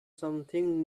something